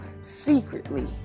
secretly